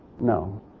No